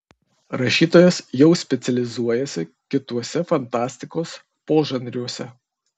rašytojas jau specializuojasi kituose fantastikos požanriuose